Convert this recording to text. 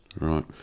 Right